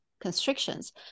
constrictions